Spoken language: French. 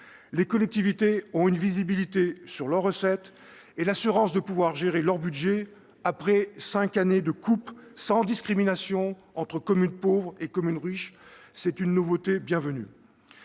Les collectivités ont une visibilité sur leurs recettes et l'assurance de pouvoir gérer leurs budgets. Après cinq années de coupes sans discrimination entre communes pauvres et communes riches, c'est une nouveauté bienvenue.